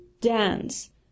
Dance